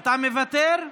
אתה מוותר?